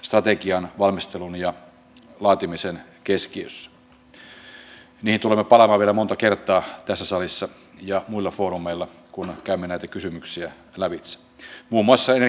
itsekin tiedän monta ikäihmistä jotka haluaisivat yhteisökotiin koska heillä on niin paljon avuntarvetta mutta kun niitä ei ole riittävästi